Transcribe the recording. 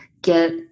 get